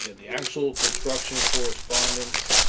the actual construction correspondence